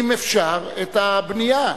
אם אפשר, את הבנייה.